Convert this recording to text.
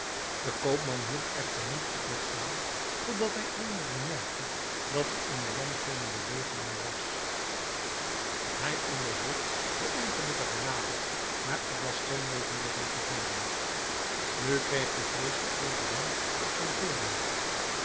de koopman hield echter niet op met slaan tot dat hij eindelijk bemerkte dat er in den man geene beweging meer was hij onderzocht den ongelukkige nader maar er was geen leven meer in te vinden nu kreeg de vrees de overhand op zijn toorn